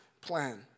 plan